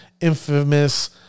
infamous